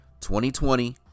2020